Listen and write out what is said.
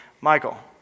Michael